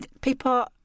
People